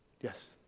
Yes